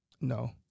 No